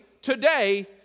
today